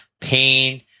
pain